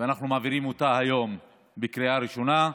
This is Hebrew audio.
ואנחנו מעבירים אותה היום בקריאה ראשונה.